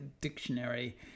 Dictionary